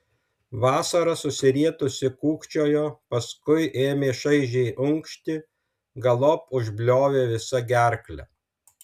vasara susirietusi kūkčiojo paskui ėmė šaižiai unkšti galop užbliovė visa gerkle